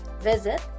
visit